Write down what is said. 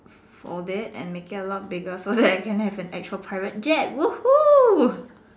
fold it and make it a lot bigger so that I can have an actual private jet woohoo